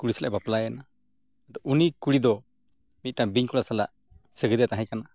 ᱠᱩᱲᱤ ᱥᱟᱞᱟᱜ ᱮ ᱵᱟᱯᱞᱟᱭᱮᱱᱟ ᱩᱱᱤ ᱠᱩᱲᱤ ᱫᱚ ᱢᱤᱫᱴᱟᱝ ᱵᱤᱧ ᱠᱚᱲᱟ ᱥᱟᱞᱟᱜ ᱥᱟᱹᱜᱟᱹᱭ ᱛᱟᱭ ᱛᱟᱦᱮᱸ ᱠᱟᱱᱟ